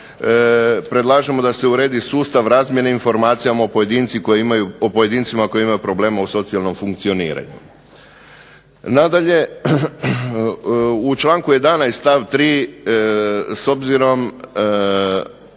predlažemo da se uredi sustav razmjene informacija o pojedincima koji imaju problema u socijalnom funkcioniranju. Nadalje, u članku 11. stavak 3. s obzirom